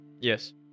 Yes